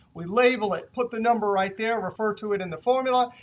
we label it, put the number right there, refer to it in the formula.